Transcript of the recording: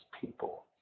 people